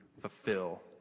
fulfill